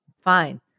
Fine